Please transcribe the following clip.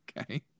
Okay